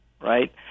right